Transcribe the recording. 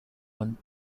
one